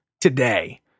today